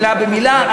מילה במילה,